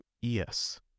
Yes